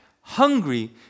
hungry